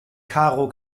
karo